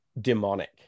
demonic